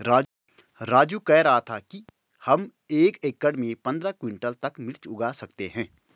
राजू कह रहा था कि हम एक एकड़ में पंद्रह क्विंटल तक मिर्च उगा सकते हैं